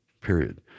period